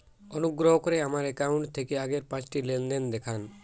অনুগ্রহ করে আমার অ্যাকাউন্ট থেকে আগের পাঁচটি লেনদেন দেখান